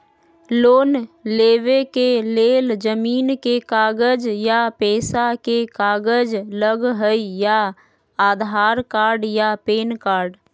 Loan लेवेके लेल जमीन के कागज या पेशा के कागज लगहई या आधार कार्ड या पेन कार्ड?